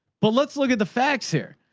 but let's look at the facts here,